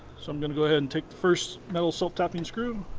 so i'm gonna go ahead and take the first metal self-tapping screw